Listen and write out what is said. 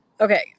Okay